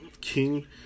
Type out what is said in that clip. King